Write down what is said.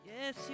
yes